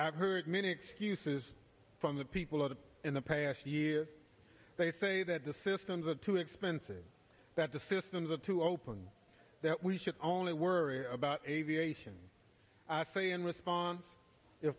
i've heard many excuses from the people of the in the past year they say that the systems are too expensive that the systems are to open that we should only worry about aviation i say in response if